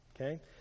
okay